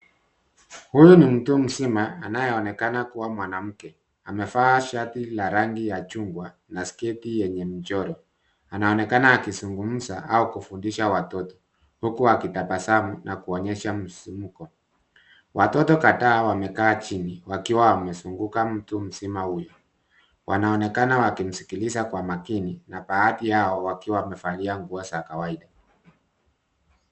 Huyu ni mtu mzima anayeonekana kuwa mwanamke. Amevaa shati la rangi ya chungwa na sketi yenye mchoro. Anaonekana akizungumza au kufundisha watoto, huku akitabasamu na kuonyesha msisimuko. Watoto kadhaa wamekaa chini ,wakiwa wamezunguka mtu mzima huyu. Wanaonekana wakimskiliza kwa makini, na baadhi yao wakiwa wamevalia nguo za kawaida.